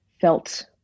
felt